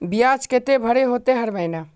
बियाज केते भरे होते हर महीना?